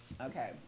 Okay